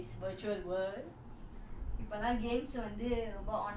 because now you know in this virtual word